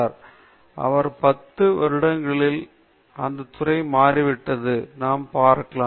ஒவ்வொரு பத்து வருடங்கள் அவர் துறை மாறிவிட்டது என்பதை நாம் பார்க்கலாம்